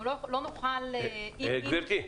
לא נוכל -- גברתי,